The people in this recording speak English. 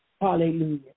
Hallelujah